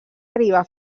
arriba